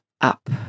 up